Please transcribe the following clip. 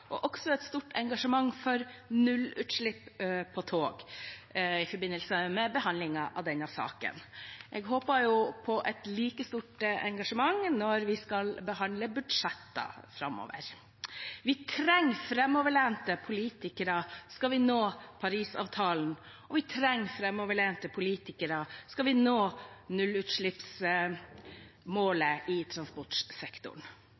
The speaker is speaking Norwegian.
tog, også for et stort engasjement for nullutslipp på tog, i forbindelse med behandlingen av denne saken. Jeg håper på et like stort engasjement når vi skal behandle budsjetter framover. Vi trenger framoverlente politikere skal vi nå Parisavtalen, og vi trenger framoverlente politikere skal vi nå